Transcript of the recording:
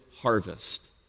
harvest